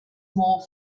more